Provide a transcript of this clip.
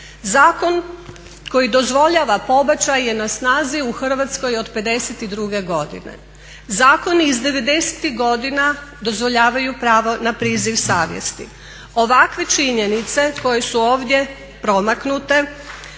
Zakon koji dozvoljava pobačaj je na snazi u Hrvatskoj od '52. godine. Zakoni iz '90.-ih godina dozvoljavaju pravo na priziv savjesti. Ovakve činjenice koje su ovdje promaknute